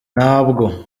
ntabwo